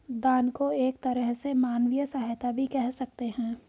दान को एक तरह से मानवीय सहायता भी कह सकते हैं